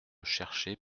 chercher